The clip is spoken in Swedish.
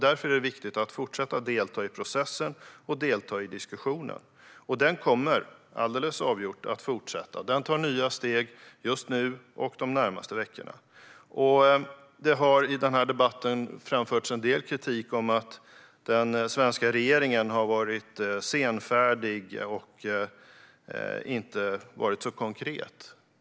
Därför är det viktigt att fortsätta att delta i processen och att delta i diskussionen. Den kommer alldeles avgjort att fortsätta. Den tar nya steg just nu och de närmaste veckorna. Det har i debatten framförts en del kritik mot att den svenska regeringen har varit senfärdig och inte så konkret.